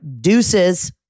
deuces